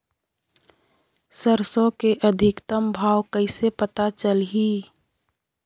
सरसो के अधिकतम भाव कइसे पता चलही?